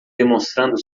demonstrando